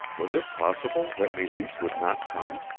was it possible that meleese would not come?